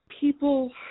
people